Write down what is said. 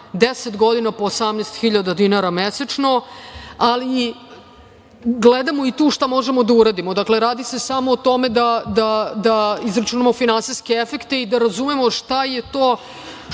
10 godina po 18.000 dinara mesečno. Gledamo i tu šta možemo da uradimo. Dakle, radi se samo o tome da izračunamo finansijske efekte i da razumemo šta je to što